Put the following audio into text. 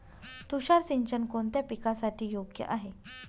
तुषार सिंचन कोणत्या पिकासाठी योग्य आहे?